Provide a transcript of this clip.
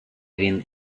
він